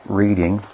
reading